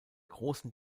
großen